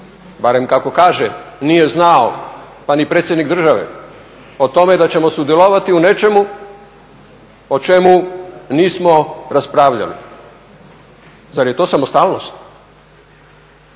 barem kako kaže nije znao, pa ni predsjednik države o tome da ćemo sudjelovati u nečemu o čemu nismo raspravljali. Zar je to samostalnost?